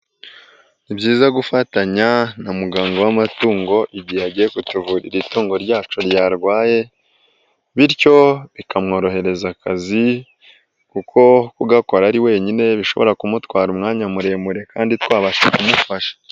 NIi byiza gufatanya na muganga w'amatungo, igihe agiye kutuvurira itungo ryacu ryarwaye bityo bikamworohereza akazi kuko kugakora ari wenyine bishobora kumutwara umwanya muremure kandi twabasha kumufasha.